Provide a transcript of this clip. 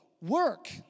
Work